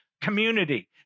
community